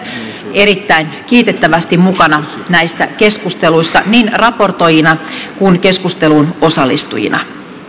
erittäin kiitettävästi mukana näissä keskusteluissa niin raportoijina kuin keskusteluun osallistujina